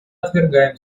отвергаем